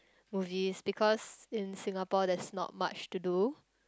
movies because in Singapore there's not much to do